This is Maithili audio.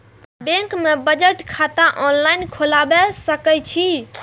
बैंक में बचत खाता ऑनलाईन खोलबाए सके छी?